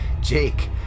Jake